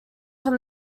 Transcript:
from